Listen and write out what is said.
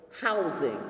housing